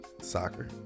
Soccer